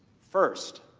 first,